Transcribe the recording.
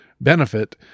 benefit